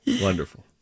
wonderful